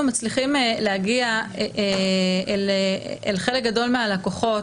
מצליחים להגיע אל חלק גדול מהלקוחות,